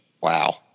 Wow